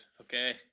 okay